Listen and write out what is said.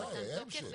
בוודאי, היה המשך.